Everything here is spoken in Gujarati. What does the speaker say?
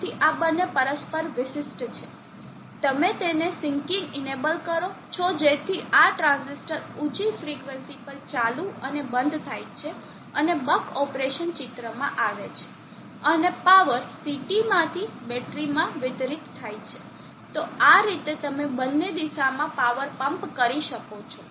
તેથી આ બંને પરસ્પર વિશિષ્ટ છે અને તમે સીન્કિંગને ઇનેબલ કરો છો જેથી આ ટ્રાંઝિસ્ટર ઉંચી ફ્રિકવન્સી પર ચાલુ અને બંધ થાય છે અને બક ઓપરેશન ચિત્રમાં આવે છે અને પાવર CT માંથી બેટરીમાં વિતરિત થાય છે તો આ રીતે તમે બંને દિશામાં પાવર પમ્પ કરી શકો છો